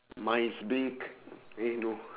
mine is big eh no